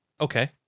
okay